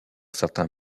certains